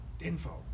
info